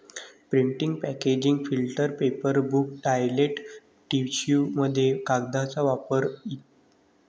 printing packaging filter paper book toilet टिश्यूमध्ये कागदाचा वापर इ